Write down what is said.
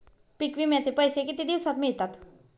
पीक विम्याचे पैसे किती दिवसात मिळतात?